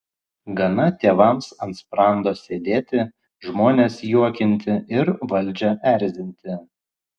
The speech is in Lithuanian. gana tėvams ant sprando sėdėti žmones juokinti ir valdžią erzinti